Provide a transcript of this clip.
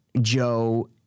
Joe